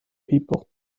people